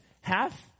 half